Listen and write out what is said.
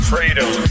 freedom